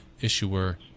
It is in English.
issuer